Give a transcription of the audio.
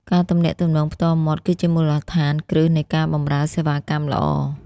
ការទំនាក់ទំនងផ្ទាល់មាត់គឺជាមូលដ្ឋានគ្រឹះនៃការបម្រើសេវាកម្មល្អ។